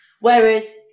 Whereas